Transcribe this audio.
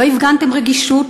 לא הפגנתם רגישות.